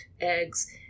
eggs